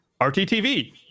RTTV